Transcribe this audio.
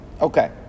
Okay